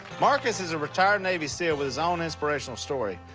marcus is a retired navy seal with his own inspirational story.